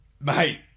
Mate